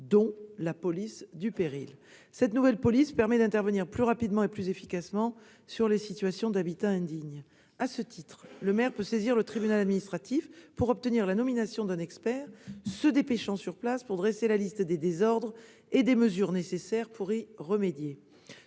dont la police du péril. Cette nouvelle police permet d'intervenir plus rapidement et plus efficacement sur les situations d'habitat indigne. À ce titre, le maire peut saisir le tribunal administratif pour obtenir la nomination d'un expert dépêché sur place pour dresser la liste des désordres et des mesures nécessaires pour y remédier.